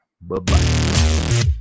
Bye-bye